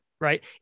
right